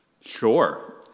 Sure